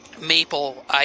maple